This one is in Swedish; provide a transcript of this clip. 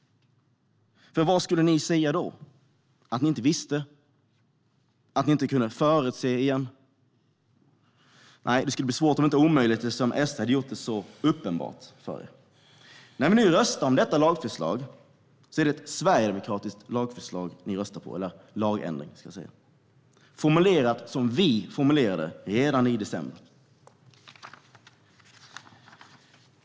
Vad skulle ni säga då? Att ni inte visste? Att ni inte kunde förutse detta? Nej, det skulle vara svårt, nästan omöjligt, eftersom SD har gjort detta uppenbart för er. När vi nu röstar om detta är det en sverigedemokratisk lagändring ni röstar på. Det är formulerat som vi formulerade det redan i december.